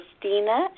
Christina